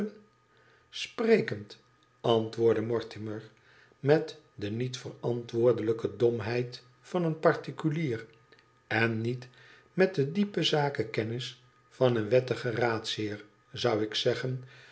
sprekend antwoordde mortimer met de niet verantwoordelijke domheid van een particulier en niet met de diepe zaakkennis van een wettigen raadsheer zou ik zeggen